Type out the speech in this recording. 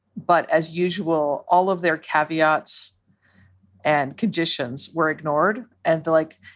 but as usual, all of their caveats and conditions were ignored and the like.